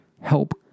help